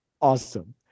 Awesome